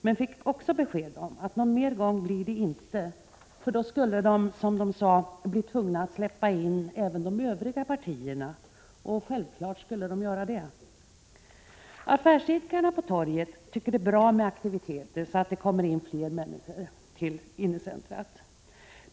Men vi fick också besked om att det inte skulle bli någon mer gång, för då skulle de, som de sade, bli tvungna att släppa in även övriga partier. Och självfallet skulle de göra det. Affärsidkarna på torget tycker att det är bra med aktiviteter så att det kommer in fler människor.